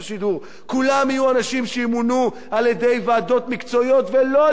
כולם יהיו אנשים שימונו על-ידי ועדות מקצועיות ולא על-ידי שרים,